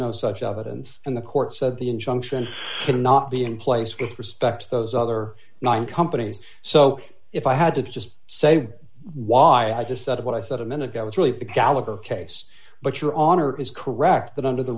no such evidence and the court said the injunction could not be in place with respect to those other nine companies so if i had to just say why i just said what i thought a minute that was really the gallagher case but your honor is correct that under the